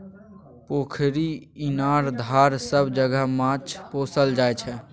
पोखरि, इनार, धार सब जगह माछ पोसल जाइ छै